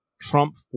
Trump